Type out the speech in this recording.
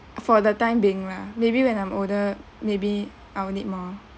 for the time being lah maybe when I'm older maybe I'll need more